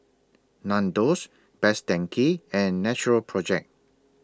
Nandos Best Denki and Natural Project